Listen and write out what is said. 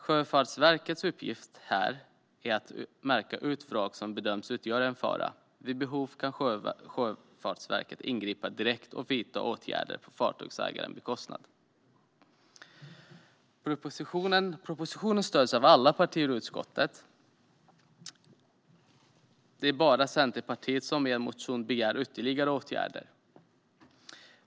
Sjöfartsverkets uppgift här är att märka ut vrak som bedöms utgöra en fara. Vid behov kan Sjöfartsverket ingripa direkt och vidta åtgärder på fartygsägarens bekostnad. Propositionen stöds av nästan alla partier i utskottet. Det är bara Centerpartiet som i en motion begär ytterligare åtgärder.